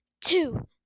two